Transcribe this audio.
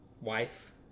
wife